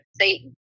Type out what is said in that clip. Satan